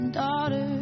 daughters